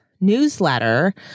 newsletter